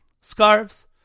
scarves